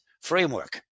framework